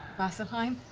vasselheim.